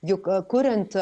juk kuriant